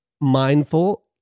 mindful